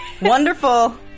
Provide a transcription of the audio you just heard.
Wonderful